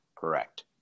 correct